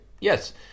yes